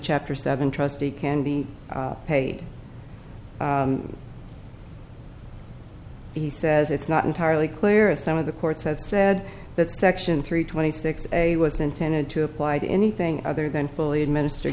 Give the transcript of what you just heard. chapter seven trustee can be paid he says it's not entirely clear if some of the courts have said that section three twenty six a was intended to apply to anything other than fully administer